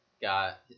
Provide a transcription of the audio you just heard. got